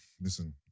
listen